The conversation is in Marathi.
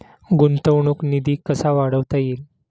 गुंतवणूक निधी कसा वाढवता येईल?